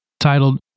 titled